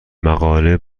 مقاله